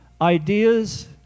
Ideas